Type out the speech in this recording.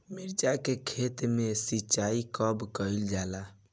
मिर्चा के खेत में सिचाई कब कइल जाला?